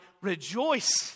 rejoice